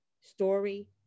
story